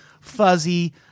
fuzzy